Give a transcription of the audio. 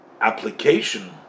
application